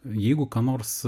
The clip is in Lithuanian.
jeigu kam nors